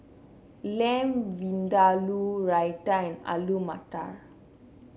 Lamb Vindaloo Raita and Alu Matar